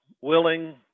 willing